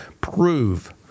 prove